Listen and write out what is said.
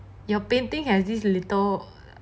you're painting has this little